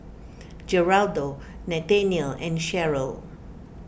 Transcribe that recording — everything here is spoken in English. Geraldo Nathanial and Sheryl